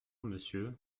monsieur